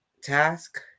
task